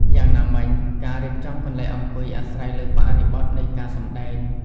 យ៉ាងណាមិញ ការរៀបចំកន្លែងអង្គុយអាស្រ័យលើបរិបទនៃការសម្តែង។